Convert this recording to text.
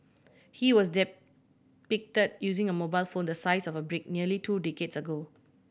he was depicted using a mobile phone the size of a brick nearly two decades ago